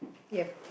you have